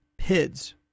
PIDs